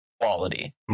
quality